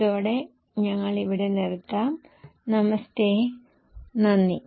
ഇതോടെ ഞങ്ങൾ ഇവിടെ നിർത്താം നമസ്തേ നന്ദി